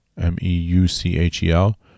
m-e-u-c-h-e-l